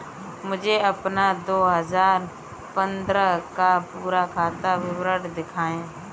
मुझे अपना दो हजार पन्द्रह का पूरा खाता विवरण दिखाएँ?